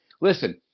listen